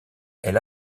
elle